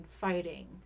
fighting